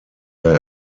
der